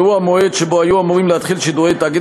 והוא המועד שבו היו אמורים להתחיל שידורי תאגיד